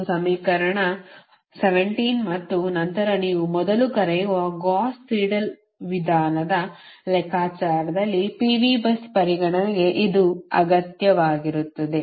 ಇದು ಸಮೀಕರಣ 17 ಮತ್ತು ನಂತರ ನೀವು ಮೊದಲು ಕರೆಯುವ ಗೌಸ್ ಸೀಡೆಲ್ ವಿಧಾನದ ಲೆಕ್ಕಾಚಾರದಲ್ಲಿ PV bus ಪರಿಗಣನೆಗೆ ಇದು ಅಗತ್ಯವಾಗಿರುತ್ತದೆ